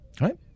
Right